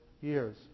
years